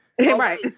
Right